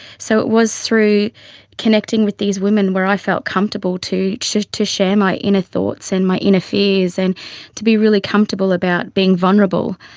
so it was through connecting with these women where i felt comfortable to share to share my inner thoughts and my inner fears, and to be really comfortable about being vulnerable.